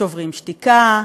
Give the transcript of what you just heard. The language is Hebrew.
שוברים שתיקה,